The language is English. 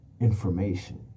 information